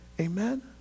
Amen